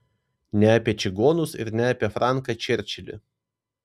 ne apie čigonus ir ne apie franką čerčilį